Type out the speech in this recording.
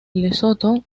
lesoto